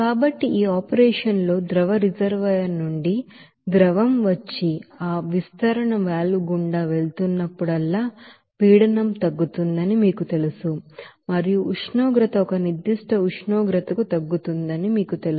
కాబట్టి ఈ ఆపరేషన్ లో ద్రవ రిజర్వాయర్ నుండి ద్రవం వచ్చి ఆ విస్తరణ వాల్వ్ గుండా వెళుతున్నప్పుడల్లా ప్రెషర్ తగ్గుతుందని మీకు తెలుసు మరియు ఉష్ణోగ్రత ఒక నిర్దిష్ట ఉష్ణోగ్రతకు తగ్గుతుందని మీకు తెలుసు